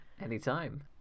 Anytime